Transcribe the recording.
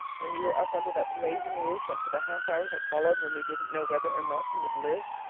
when you were up under that blazing roof, and for the half hour that followed, when we didn't know whether or not you would live,